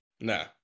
nah